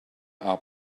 are